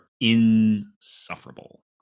insufferable